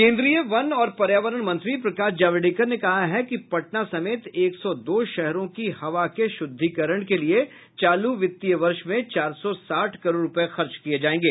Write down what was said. केन्द्रीय वन और पर्यावरण मंत्री प्रकाश जावेडकर ने कहा है कि पटना समेत एक सौ दो शहरों की हवा के शुद्धिकरण के लिए चालू वित्तीय वर्ष में चार सौ साठ करोड़ रूपये खर्च किये जायेंगे